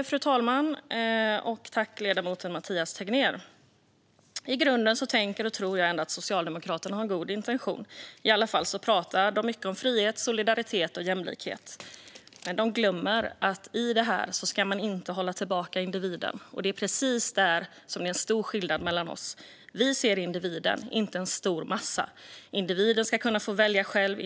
Fru talman! Jag tänker och tror ändå i grunden att Socialdemokraterna har goda intentioner. De pratar i alla fall mycket om frihet, solidaritet och jämlikhet. Men de glömmer att man i det inte ska hålla tillbaka individen. Det är precis där det finns en stor skillnad mellan oss. Vi ser individen, inte en stor massa. Individen ska kunna välja själv.